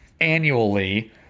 annually